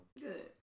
Good